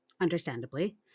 understandably